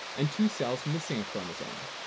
and two cells missing a chromosome.